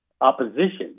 opposition